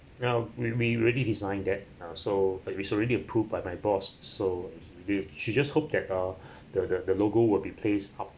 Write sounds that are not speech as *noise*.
now remain we already design that uh so it's it's already approved by my boss so we she just hope that uh *breath* the the logo will be placed up